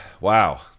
Wow